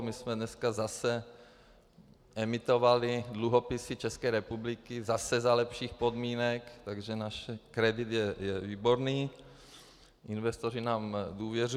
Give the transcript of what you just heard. My jsme dneska zase emitovali dluhopisy České republiky, zase za lepších podmínek, takže náš kredit je výborný, investoři nám důvěřují.